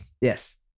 Yes